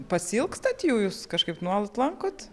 pasiilgstat jų jūs kažkaip nuolat lankot